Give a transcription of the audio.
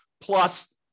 plus